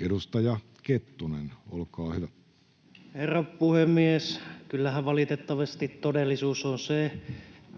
Edustaja Kettunen, olkaa hyvä. Herra puhemies! Kyllähän valitettavasti todellisuus,